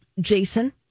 Jason